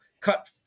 cut